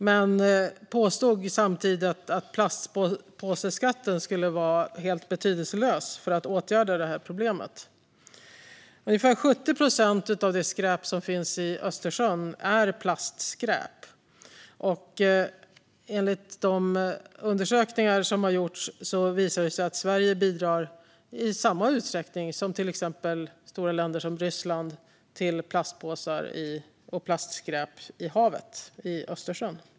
Men hon påstod samtidigt att plastpåseskatten skulle vara helt betydelselös när det gäller att åtgärda problemet. Ungefär 70 procent av skräpet i Östersjön är plastskräp. Enligt de undersökningar som har gjorts bidrar Sverige i samma utsträckning som stora länder som exempelvis Ryssland till mängden plastpåsar och plastskräp i Östersjön.